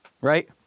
Right